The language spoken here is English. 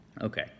Okay